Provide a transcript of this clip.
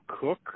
Cook